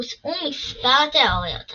הוצעו מספר תיאוריות,